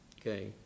Okay